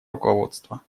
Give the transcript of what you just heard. руководства